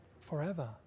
Forever